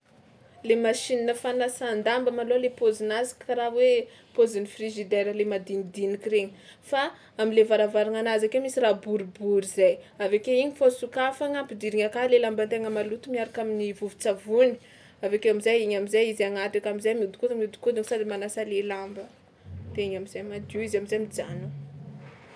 Le machine fanasan-damba malôha le paozinazy karaha hoe paozin'ny frigidaire le madinidinika regny fa am'le varavaragnanazy ake misy raha boribory zay avy ake igny fao sokafagna ampidirigna aka le lamba tegna maloto miaraka amin'ny vovon-tsavony, avy akeo am'zay igny am'zay izy agnaty aka am'zay mihodinkodina mihodinkodina sady manasa le lamba de igny am'zay madio izy am'zay mijanona.